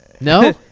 No